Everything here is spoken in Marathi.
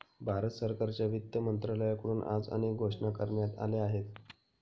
भारत सरकारच्या वित्त मंत्रालयाकडून आज अनेक घोषणा करण्यात आल्या आहेत